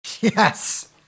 Yes